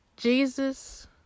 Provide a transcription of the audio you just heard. Jesus